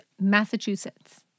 Massachusetts